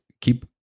keep